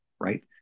right